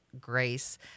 grace